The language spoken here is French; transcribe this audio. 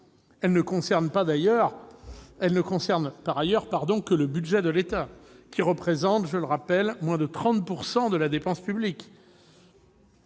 Elle concerne par ailleurs le seul budget de l'État, qui représente, je le rappelle, moins de 30 % de la dépense publique.